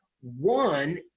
One